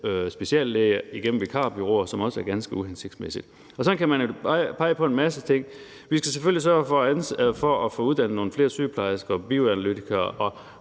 speciallæger igennem vikarbureauer, hvilket også er ganske uhensigtsmæssigt. Sådan kan man pege på en masse ting. Vi skal selvfølgelig sørge for at få uddannet nogle flere sygeplejersker og bioanalytikere,